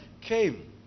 came